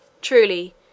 Truly